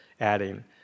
adding